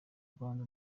rwanda